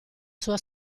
sua